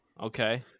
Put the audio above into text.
Okay